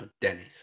Dennis